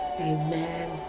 amen